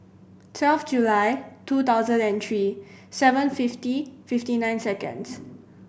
twelve July two thousand and three seven fifty fifty nine seconds